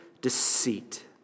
deceit